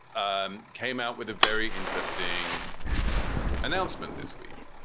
um came out with a very interesting announcement this week.